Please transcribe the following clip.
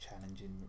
challenging